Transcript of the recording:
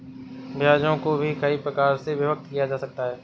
ब्याजों को भी कई प्रकार से विभक्त किया जा सकता है